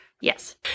Yes